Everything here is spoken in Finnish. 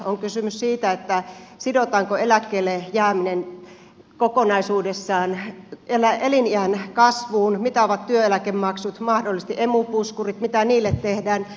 on kysymys siitä sidotaanko eläkkeelle jääminen kokonaisuudessaan eliniän kasvuun mitä ovat työeläkemaksut mahdollisesti emu puskurit mitä niille tehdään